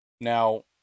Now